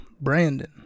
Brandon